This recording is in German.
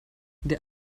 der